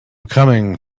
coming